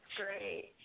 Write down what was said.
great